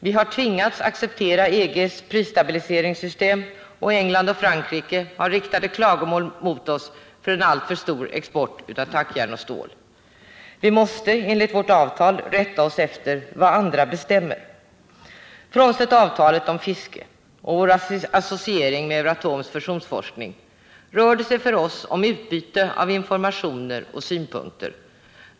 Vi har tvingats acceptera EG:s prisstabiliseringssystem, och England och Frankrike har riktat klagomål mot oss för en alltför stor export av tackjärn och stål. Vi måste enligt vårt avtal rätta oss efter vad andra bestämmer. Frånsett avtalet om fiske och vår associering med Euratoms fusionsforskning rör det sig för oss om utbyte av informationer och synpunkter.